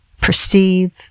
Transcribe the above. perceive